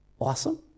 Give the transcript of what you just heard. awesome